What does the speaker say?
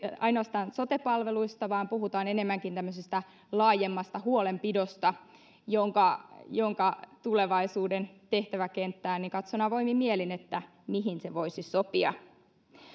ainoastaan sote palveluista vaan puhutaan enemmänkin tämmöisestä laajemmasta huolenpidosta jonka jonka tulevaisuuden tehtäväkenttää katson avoimin mielin mihin se voisi sopia